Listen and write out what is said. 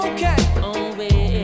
Okay